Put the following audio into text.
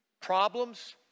problems